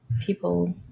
People